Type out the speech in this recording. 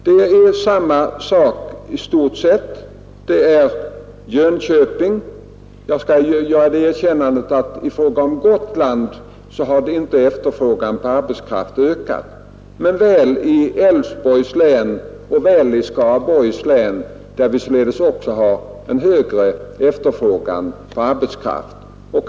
Detta förhållande gäller beträffande Jönköpings län, Älvsborgs län och Skaraborgs län, där vi således har en högre efterfrågan på arbetskraft; jag skall göra det erkännandet att i fråga om Gotlands län har inte efterfrågan på arbetskraft ökat.